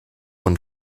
und